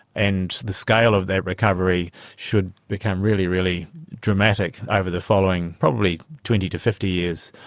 and the scale of that recovery should become really, really dramatic over the following probably twenty to fifty years,